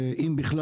אם בכלל